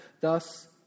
thus